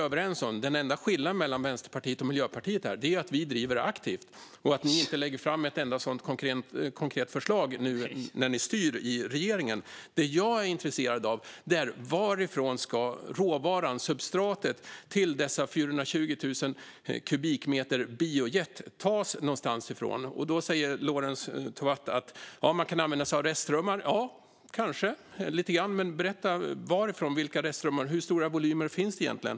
Den enda skillnaden mellan Vänsterpartiet och Miljöpartiet här är att vi i Vänsterpartiet driver detta aktivt och att ni i Miljöpartiet inte lägger fram ett enda sådant konkret förslag nu när ni styr i regeringen. Det jag är intresserad av är varifrån råvaran, substratet, till dessa 420 000 kubikmeter biojet ska tas. Lorentz Tovatt säger att man kan använda sig av restströmmar. Kanske kan man göra det lite grann, men berätta varifrån och vilka restströmmar! Hur stora volymer finns det egentligen?